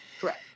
Correct